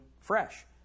fresh